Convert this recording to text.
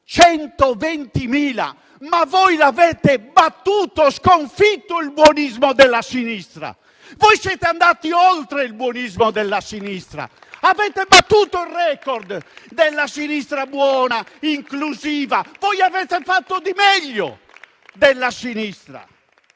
120.000. Voi avete battuto e sconfitto il buonismo della sinistra. Siete andati oltre il buonismo della sinistra. Avete battuto il record della sinistra buona e inclusiva. Avete fatto meglio della sinistra.